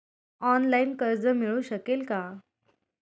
Online कर्ज मिळू शकेल का?